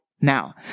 now